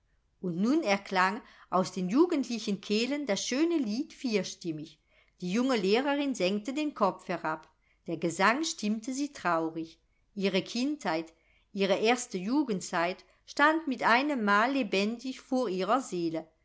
und nun erklang aus den jugendlichen kehlen das schöne lied vierstimmig die junge lehrerin senkte den kopf herab der gesang stimmte sie traurig ihre kindheit ihre erste jugendzeit stand mit einemmal lebendig vor ihrer seele